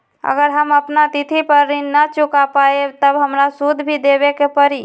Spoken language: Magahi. अगर हम अपना तिथि पर ऋण न चुका पायेबे त हमरा सूद भी देबे के परि?